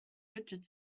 fidget